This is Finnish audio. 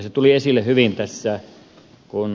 se tuli esille hyvin tässä